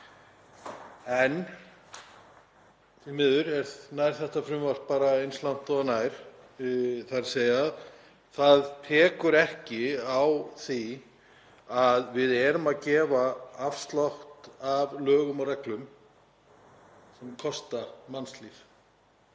En því miður nær þetta frumvarp bara eins langt og það nær, þ.e. það tekur ekki á því að við erum að gefa afslátt af lögum og reglum sem kosta mannslíf.